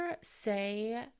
say